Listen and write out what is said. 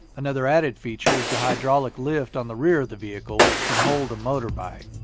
another added feature is the hydraulic lift on the rear of the vehicle which can hold a motorbike.